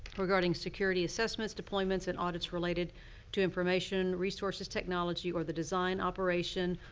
regarding security assessments, deployments, and audits related to information, resources, technology, or the design, operation,